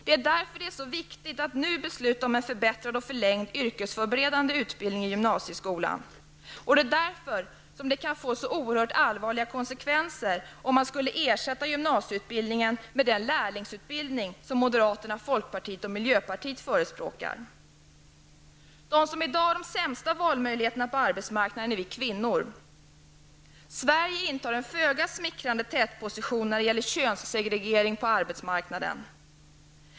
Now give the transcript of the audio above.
Det är därför det är så viktigt att nu besluta om en förbättrad och förlängd yrkesförberedande utbildning i gymnasieskolan. Och det är därför som det kan få så oerhört allvarliga konsekvenser om man skulle ersätta gymnasieutbildningen med den lärlingsutbildning som moderaterna, folkpartiet och miljöpartiet förespråkar. De som i dag har de sämsta valmöjligheterna på arbetsmarknaden är vi kvinnor. Sverige intar en föga smickrande tätposition när det gäller könssegregering på arbetsmarknaden.